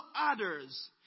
others